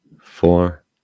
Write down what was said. four